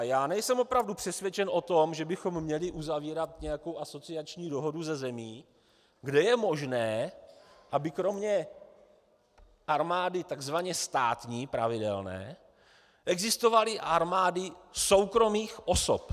Nejsem opravdu přesvědčen o tom, že bychom měli uzavírat nějakou asociační dohodu se zemí, kde je možné, aby kromě armády tzv. státní, pravidelné, existovaly armády soukromých osob.